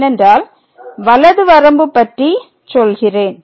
ஏனென்றால் வலது வரம்பு பற்றிச் சொல்கிறேன்